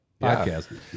podcast